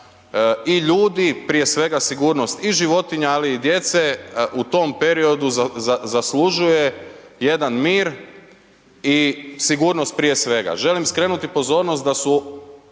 i ljudi, prije svega sigurnost i životinja ali i djece u tom periodu zaslužuje jedan mir i sigurnost prije svega. Želim skrenuti pozornost da su